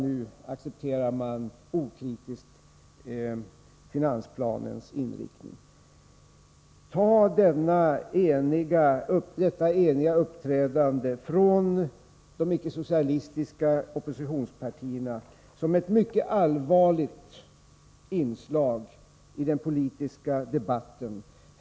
Nu accepterar de okritiskt finansplanens inriktning. Ta detta eniga uppträdande från de icke socialistiska oppositionspartierna såsom ett mycket allvarligt inslag i den politiska debatten!